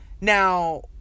Now